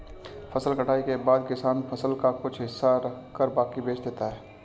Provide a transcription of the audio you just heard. फसल कटाई के बाद किसान फसल का कुछ हिस्सा रखकर बाकी बेच देता है